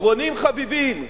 אחרונים חביבים,